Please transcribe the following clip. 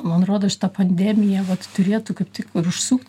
man rodos šita pandemija vat turėtų kaip tik ir užsukt